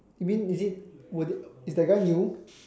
you mean is it worth it is the guy new